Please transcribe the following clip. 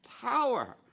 power